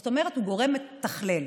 זאת אומרת, הוא גורם מתכלל.